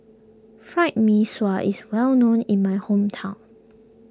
Fried Mee Sua is well known in my hometown